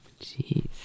Jeez